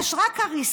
יש רק הריסה,